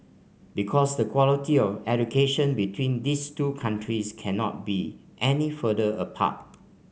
because the quality of education between these two countries cannot be any further apart